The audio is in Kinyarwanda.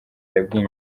yabwiye